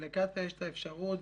לקצא"א יש את האפשרות,